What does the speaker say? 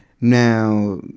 now